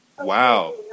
Wow